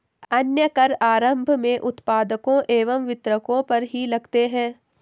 अन्य कर आरम्भ में उत्पादकों एवं वितरकों पर ही लगते हैं